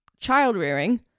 child-rearing